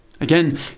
Again